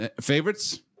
favorites